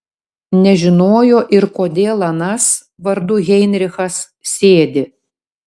nežinojo ir kodėl anas vardu heinrichas sėdi